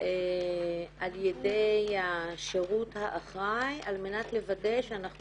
על ידי השירות האחראי על מנת לוודא שאנחנו